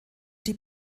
die